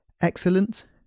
excellent